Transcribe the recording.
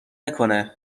نکنه